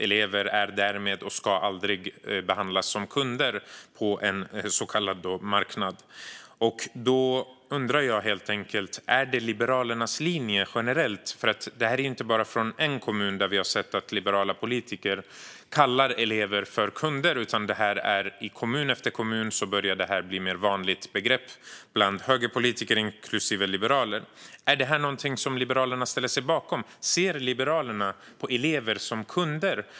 Elever ska därmed aldrig behandlas som kunder på en så kallad marknad. Jag undrar helt enkelt: Är detta Liberalernas linje generellt? Vi har nämligen inte bara hört liberala politiker från en kommun kalla elever för kunder. I kommun efter kommun börjar detta bli ett mer vanligt begrepp bland högerpolitiker, inklusive liberaler. Är detta något som Liberalerna ställer sig bakom? Ser Liberalerna på elever som kunder?